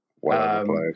Wow